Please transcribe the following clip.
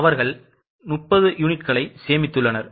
எனவே அவர்கள் 30 யூனிட்களை சேமித்துள்ளனர்